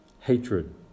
hatred